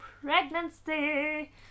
pregnancy